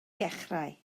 ddechrau